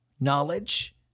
knowledge